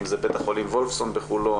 אם זה בית החולים וולפסון בחולון,